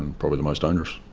and probably the most dangerous.